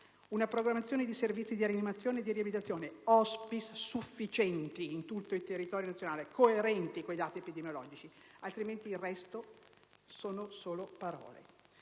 una programmazione di servizi di rianimazione e riabilitazioni, con *hospice* sufficienti in tutto il territorio nazionale coerenti con i dati epidemiologici, altrimenti il resto sono solo parole.